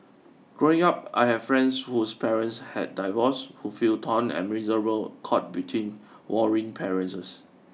growing up I had friends whose parents had divorced who felt torn and miserable caught between warring parents